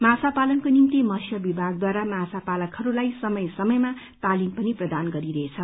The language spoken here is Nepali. माछाा पालनको निम्ति मत्स्य विभागद्वारा माछा पालकहरूलाई समय समयमा तालिम पनि प्रदान गरिरहेछ